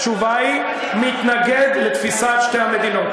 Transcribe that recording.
התשובה היא: מתנגד לתפיסת שתי המדינות.